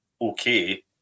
okay